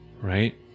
right